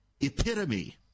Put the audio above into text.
epitome